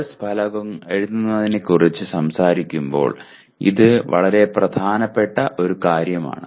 course ഫലങ്ങൾ എഴുതുന്നതിനെക്കുറിച്ച് സംസാരിക്കുമ്പോൾ ഇത് വളരെ പ്രധാനപ്പെട്ട ഒരു കാര്യമാണ്